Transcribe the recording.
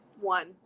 One